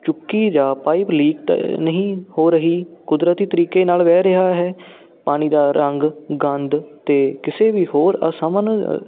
ਚੁੱਕੀ ਜਾਂ pipe leak ਤਾਂ ਨਹੀਂ ਹੋ ਰਹੀ ਕੁਦਰਤੀ ਤਰੀਕੇ ਨਾਲ ਵਹਿ ਰਿਹਾ ਹੈ ਪਾਣੀ ਦਾ ਰੰਗ ਗੰਧ ਅਤੇ ਕਿਸੇ ਵੀ ਹੋਰ ਅਸਮਨ